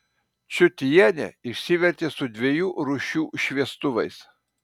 čiutienė išsivertė su dviejų rūšių šviestuvais